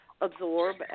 absorb